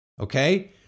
okay